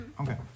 okay